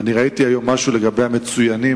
וראיתי היום משהו לגבי המצוינים,